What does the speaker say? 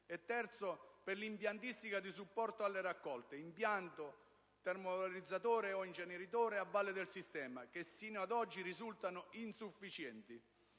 per l'impiantistica di supporto alle raccolte: impianti, termovalorizzatori e/o inceneritori a valle del sistema, che ad oggi risultano insufficienti.